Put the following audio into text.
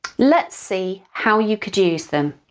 let's see how you could use them